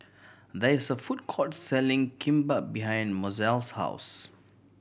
there is a food court selling Kimbap behind Mozelle's house